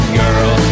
girl